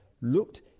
looked